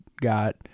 got